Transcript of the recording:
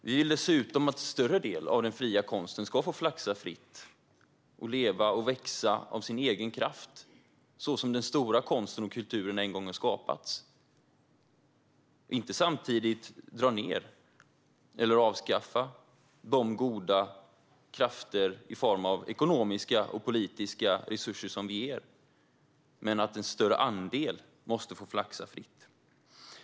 Vi vill dessutom att en större del av den fria konsten ska få flaxa fritt och leva och växa av sin egen kraft så som den stora konsten och kulturen en gång har skapats. Samtidigt vill vi inte dra ned på eller avskaffa de goda krafter i form av ekonomiska och politiska resurser som vi ger. Men en större andel måste få flaxa fritt.